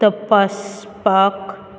तपासपाक